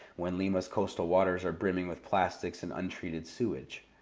when lima's coastal waters are brimming with plastics and untreated sewage?